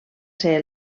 ser